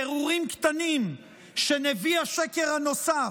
פירורים קטנים שנביא השקר הנוסף,